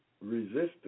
resistance